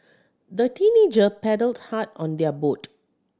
the teenager paddled hard on their boat